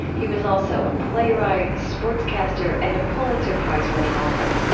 he was also a playwright, a sportscaster, and a pulitzer prize-winning author.